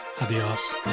Adios